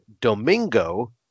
Domingo